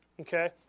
Okay